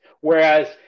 Whereas